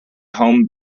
home